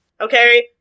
Okay